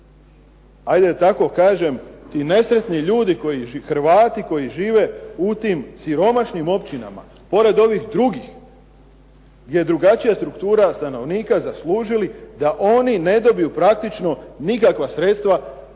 da tako kaže, ti nesretni Hrvati koji žive u tim siromašnim općinama pored ovih drugih, gdje je drugačija struktura stanovnika zaslužili da oni ne dobiju praktično nikakva sredstva